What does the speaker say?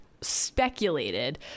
speculated